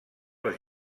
els